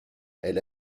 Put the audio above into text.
elle